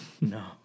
no